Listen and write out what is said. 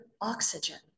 oxygen